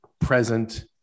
present